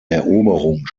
eroberung